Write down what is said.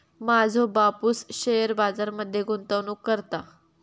माझो बापूस शेअर बाजार मध्ये गुंतवणूक करता